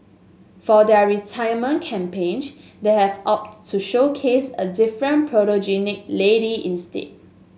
for their retirement campaign they have opted to showcase a different photogenic lady instead